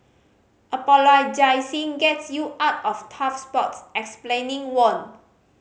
apologising gets you out of tough spots explaining won't